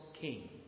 king